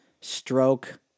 stroke